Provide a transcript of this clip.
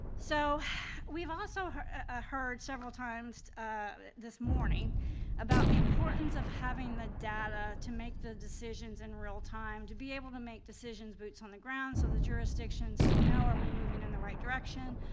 so we've also ah heard several times this morning about the importance of having the data to make the decisions in realtime, to be able to make decisions boots on the ground so the jurisdictions can know we're moving in the right direction,